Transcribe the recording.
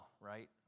right